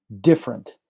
different